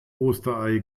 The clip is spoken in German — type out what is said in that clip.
osterei